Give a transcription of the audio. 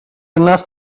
enough